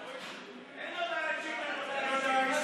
אין הודעה אישית על הודעה אישית.